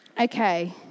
Okay